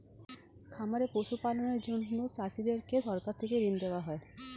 খামারে পশু পালনের জন্য চাষীদেরকে সরকার থেকে ঋণ দেওয়া হয়